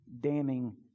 damning